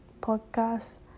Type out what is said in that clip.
podcast